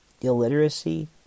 illiteracy